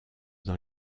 dans